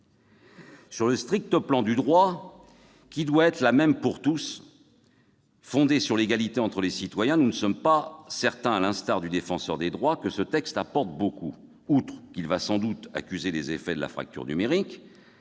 Sur le strict plan du droit, qui doit être le même pour tous, fondé sur l'égalité entre les citoyens, nous ne sommes pas certains, à l'instar du Défenseur des droits, que ce texte apporte beaucoup. Outre qu'il va sans doute accuser les effets de la fracture numérique,